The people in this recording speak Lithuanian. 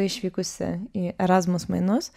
išvykusi į erasmus mainus